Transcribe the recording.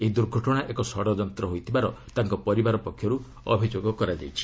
ଏହି ଦୁର୍ଘଟଣା ଏକ ଷଡ଼ଯନ୍ତ ହୋଇଥିବାର ତାଙ୍କ ପରିବାର ପକ୍ଷରୁ ଅଭିଯୋଗ କରାଯାଇଛି